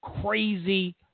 crazy